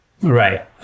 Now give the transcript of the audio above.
Right